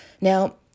Now